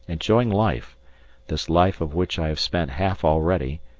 enjoying life this life of which i have spent half already,